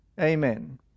Amen